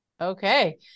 Okay